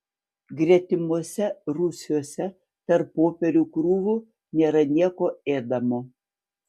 gretimuose rūsiuose tarp popierių krūvų nėra nieko ėdamo